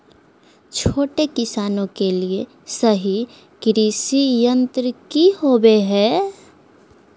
छोटे किसानों के लिए सही कृषि यंत्र कि होवय हैय?